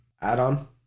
add-on